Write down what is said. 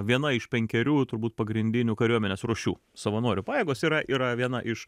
viena iš penkerių turbūt pagrindinių kariuomenės rūšių savanorių pajėgos yra yra viena iš